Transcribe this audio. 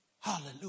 Hallelujah